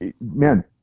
man